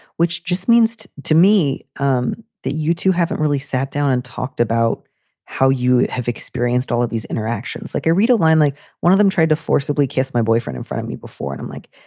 which just means to to me um that you two haven't really sat down and talked about how you have experienced all of these interactions. like i read a line like one of them tried to forcibly kiss my boyfriend in front of me before. and i'm like,